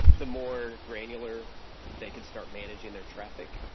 the more granular they could start managing their traffic.